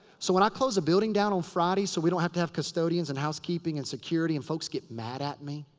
so when i close a building down on friday, so we don't have to have custodians and housekeeping and security and folks get mad at me.